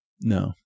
No